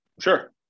Sure